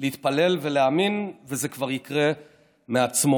להתפלל ולהאמין, וזה כבר יקרה מעצמו.